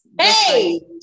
Hey